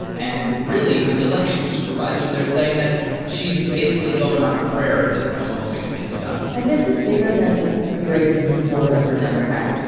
and really, you have the elections supervisor there saying that she's basically going on a prayer at this point hoping it gets done and this is bigger than just three races in florida for democrats.